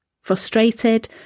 frustrated